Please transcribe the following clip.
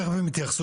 תיכף הם התייחסו.